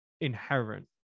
inherent